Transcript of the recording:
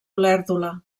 olèrdola